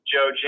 Joe